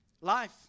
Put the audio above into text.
Life